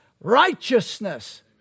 righteousness